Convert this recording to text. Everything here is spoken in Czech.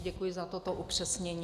Děkuji za toto upřesnění.